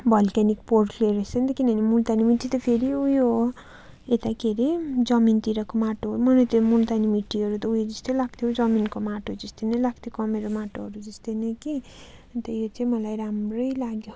volcanic पोर clay रहेछ नि किनभने मुल्तानी मिट्टी त फेरि उयो हो यता के अरे जमिनतिरको माटो हो मलाई त्यो मुल्तानी मिट्टीहरू त उयो जस्तो लाग्थ्यो जमिनको माटो जस्तो नै लाग्थ्यो कमेरो माटोहरू जस्तो नै कि अन्त यो चाहिँ मलाई राम्रो लाग्यो